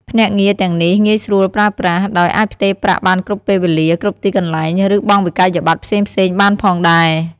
ភ្នាក់ងារទាំងនេះងាយស្រួលប្រើប្រាស់ ដោយអាចផ្ទេរប្រាក់បានគ្រប់ពេលវេលា គ្រប់ទីកន្លែង ឬបង់វិក្កយបត្រផ្សេងៗបានផងដែរ។